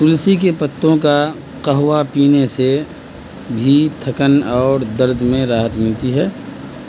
تلسی کے پتوں کا قہوا پینے سے بھی تھکن اور درد میں راحت ملتی ہے